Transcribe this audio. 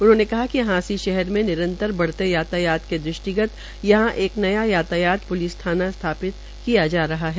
उन्होंने कहा कि हांसी शहर में निरतंर बढ़ते यातायात के दृष्टिगत यहां एक नया यातायात प्लिस थाना स्थापित किया जा रहा है